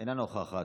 אינה נוכחת.